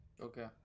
okay